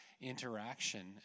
interaction